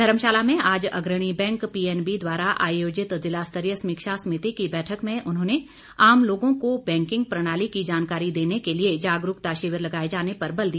धर्मशाला में आज अग्रणी बैंक पीएनबी द्वारा आयोजित जिला स्तरीय समीक्षा समिति की बैठक में उन्होंने आम लोगों को बैंकिंग प्रणाली की जानकारी देने के लिए जागरूकता शिविर लगाए जाने पर बल दिया